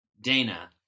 Dana